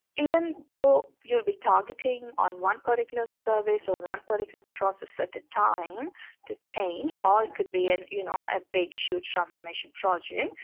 even though you'll be targeting on one particular service or one particular process at a time to change or it could be you know a big huge transformation project.